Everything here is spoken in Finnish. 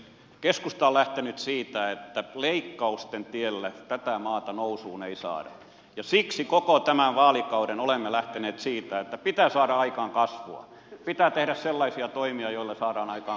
keskusta on lähtenyt siitä että leikkausten tiellä tätä maata nousuun ei saada ja siksi koko tämän vaalikauden olemme lähteneet siitä että pitää saada aikaan kasvua pitää tehdä sellaisia toimia joilla saadaan aikaan kasvua